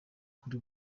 kuri